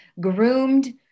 groomed